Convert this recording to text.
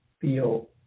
feel